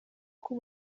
uko